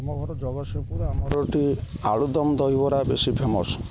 ଆମ ଘର ଜଗତସିଂପୁର ଆମର ଏଠି ଆଳୁଦମ ଦହିବରା ବେଶୀ ଫେମସ୍